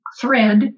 thread